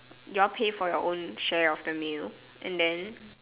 you all pay for your own share of the meal and then